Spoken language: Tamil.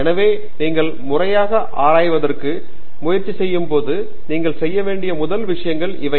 எனவே நீங்கள் முறையாக ஆராய்வதற்கு முயற்சி செய்யும்போது நீங்கள் செய்ய வேண்டிய முதல் விஷயங்கள் இவை